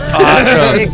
awesome